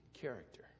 character